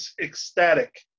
ecstatic